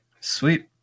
Sweet